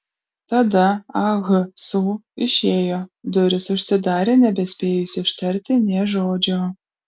tada ah su išėjo durys užsidarė nebespėjus ištarti nė žodžio